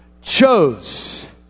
chose